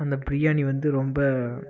அந்த பிரியாணி வந்து ரொம்ப